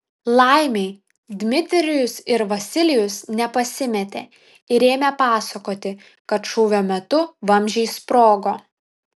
laimei dmitrijus ir vasilijus nepasimetė ir ėmė pasakoti kad šūvio metu vamzdžiai sprogo